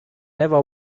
never